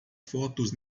fotos